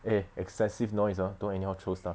eh excessive noise ah don't anyhow throw stuff